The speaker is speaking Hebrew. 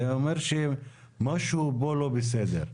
זה אומר שמשהו פה לא בסדר.